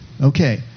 Okay